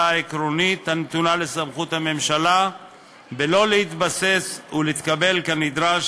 העקרונית הנתונה לסמכות הממשלה בלא להתבסס ולהתקבל כנדרש,